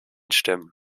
stimmen